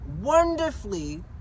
wonderfully